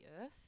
Earth